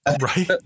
Right